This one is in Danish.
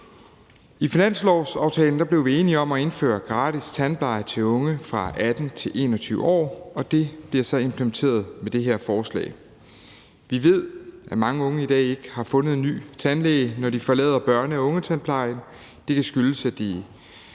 I finanslovsaftalen blev vi enige om at indføre gratis tandpleje for unge 18-21-årige, og det bliver så implementeret med det her forslag. Vi ved, at mange unge i dag ikke har fundet en ny tandlæge, når de forlader børne- og ungetandplejen. Det kan skyldes, at de,